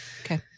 Okay